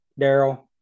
Daryl